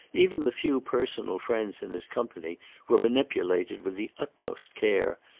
even the few personal friends in his company were manipulated with the utmost care,